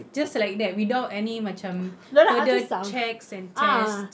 just like that without any macam further checks and tests